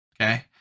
Okay